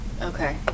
Okay